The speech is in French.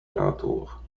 alentour